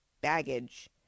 baggage